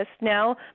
Now